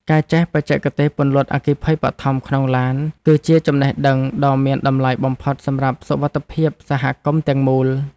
ការចេះបច្ចេកទេសពន្លត់អគ្គិភ័យបឋមក្នុងឡាន គឺជាចំណេះដឹងដ៏មានតម្លៃបំផុតសម្រាប់សុវត្ថិភាពសហគមន៍ទាំងមូល។